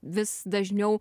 vis dažniau